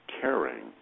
caring